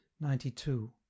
Ninety-two